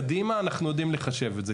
קדימה אנחנו יודעים לחשב את זה,